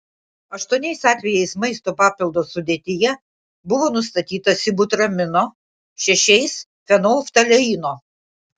aštuoniais atvejais maisto papildo sudėtyje buvo nustatyta sibutramino šešiais fenolftaleino